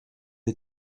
des